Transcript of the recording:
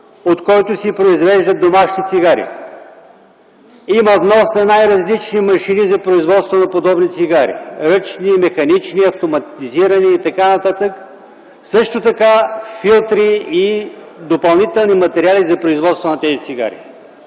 от който си произвеждат домашни цигари. Има внос на най-различни машини за производство на подобни цигари – ръчни, механични, автоматизирани и т.н., също така филтри и допълнителни материали за тяхното производство. Тези цигари